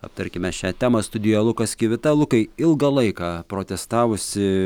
aptarkime šią temą studijoje lukas kivita lukai ilgą laiką protestavusi